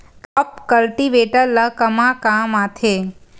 Crop cultivator ला कमा काम आथे?